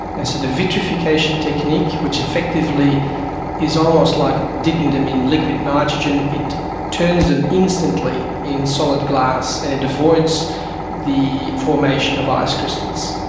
and so the vitrification technique which effectively is almost like dipping them in liquid nitrogen, it turns them instantly into solid glass, and it avoids the formation of ice crystals.